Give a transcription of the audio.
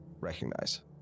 recognize